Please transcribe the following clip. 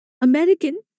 American